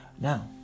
now